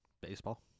Baseball